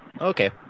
Okay